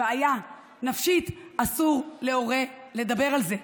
בעיה נפשית, אסור להורה לדבר על זה?